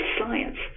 Science